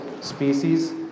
species